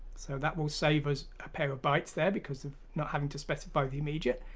so that will save us a pair of bytes there because of not having to specify the immediate,